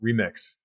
remix